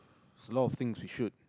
it's a lot of things we should